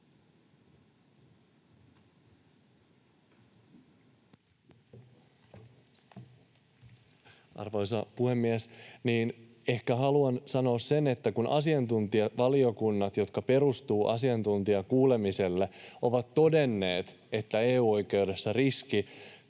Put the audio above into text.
Arvoisa puhemies! Ehkä haluan sanoa sen, että kun asiantuntijavaliokunnat, jotka perustuvat asiantuntijakuulemiselle, ovat todenneet, että EU-oikeudessa riski